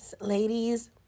ladies